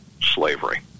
slavery